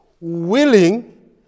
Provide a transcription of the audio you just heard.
willing